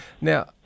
Now